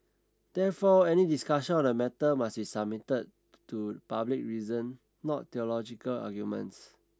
therefore any discussions on the matter must be submitted to public reason not theological arguments